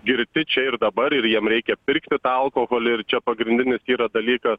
girti čia ir dabar ir jiem reikia pirkti tą alkoholį ir čia pagrindinis yra dalykas